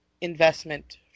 investment